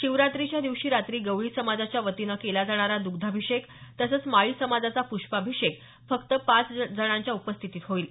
शिवरात्रीच्या दिवशी रात्री गवळी समाजाच्या वतीने केला जाणारा दग्धाभिषेक तसंच माळी समाजाचा पुष्पाभिषेक फक्त पाच जणांच्या उपस्थितीत होईल